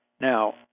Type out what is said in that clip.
Now